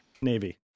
navy